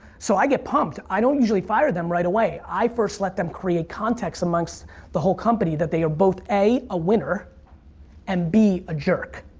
so i get pumped, i don't usually fire them right away. i first let them create context amongst the whole company that they are both a, a winner and b, a jerk.